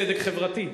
צדק חברתי,